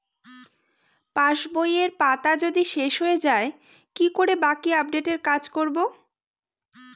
পাসবইয়ের পাতা যদি শেষ হয়ে য়ায় কি করে বাকী আপডেটের কাজ করব?